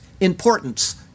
importance